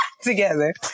together